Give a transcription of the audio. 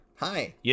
Hi